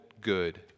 good